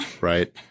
right